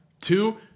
two